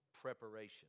Preparation